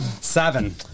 Seven